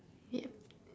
yup